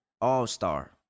all-star